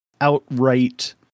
outright